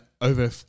over